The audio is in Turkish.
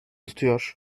tutuyor